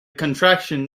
contraction